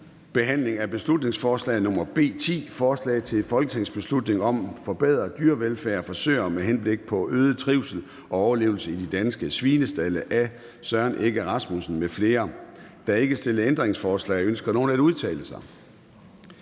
behandling af beslutningsforslag nr. B 10: Forslag til folketingsbeslutning om forbedret dyrevelfærd for søer med henblik på øget trivsel og overlevelse i danske svinestalde. Af Søren Egge Rasmussen (EL) m.fl. (Fremsættelse 04.10.2023. 1. behandling